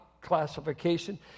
classification